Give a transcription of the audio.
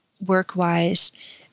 work-wise